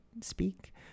speak